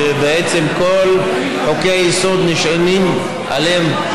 שבעצם כל חוקי-היסוד נשענים עליהם.